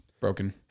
Broken